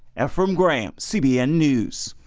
efrem graham, cbn news.